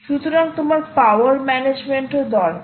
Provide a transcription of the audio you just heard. সুতরাং তোমার power management ও দরকার